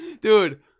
Dude